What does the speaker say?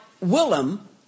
Willem